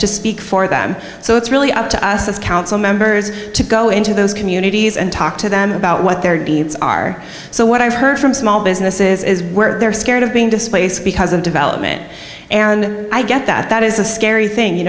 to speak for them so it's really up to us as council members to go into those communities and talk to them about what their needs are so what i've heard from small business is where they're scared of being displaced because of development and i get that that is a scary thing you